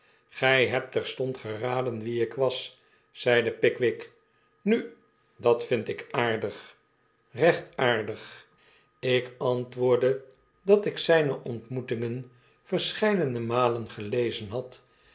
gij hebt terstond geraden wie ik was zeide pickwick w nu dat vind ik aardig recht aardig ik antwoordde dat ik zyne ontmoetingen verscheidene malen gelezen had